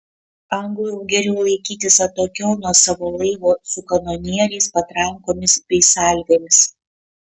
anglui jau geriau laikytis atokiau nuo savo laivo su kanonieriais patrankomis bei salvėmis